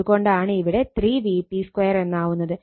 അത് കൊണ്ടാണ് ഇവിടെ 3 Vp2 എന്നാവുന്നത്